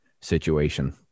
situation